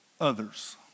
others